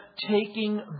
taking